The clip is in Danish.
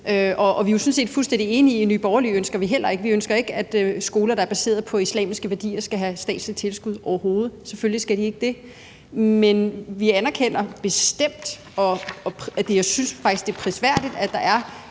set fuldstændig enige: I Nye Borgerlige ønsker vi det heller ikke. Vi ønsker ikke, at skoler, der er baseret på islamiske værdier, skal have statsligt tilskud, overhovedet. Selvfølgelig skal de ikke det. Men vi anerkender bestemt, og jeg synes faktisk, det er prisværdigt, at der er